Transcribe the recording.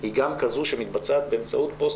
היא גם כזו שמתבצעת באמצעות פוסט